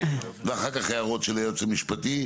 ואחר כך הערות של היועץ המשפטי,